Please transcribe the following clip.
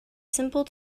simple